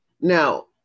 now